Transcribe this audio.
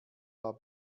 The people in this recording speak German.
war